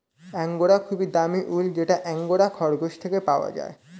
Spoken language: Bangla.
অ্যাঙ্গোরা খুবই দামি উল যেটা অ্যাঙ্গোরা খরগোশ থেকে নেওয়া হয়